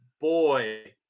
boy